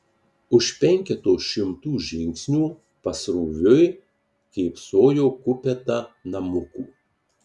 už penketo šimtų žingsnių pasroviui kėpsojo kupeta namukų